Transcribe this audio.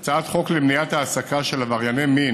בהצעת חוק למניעת העסקה של עברייני מיו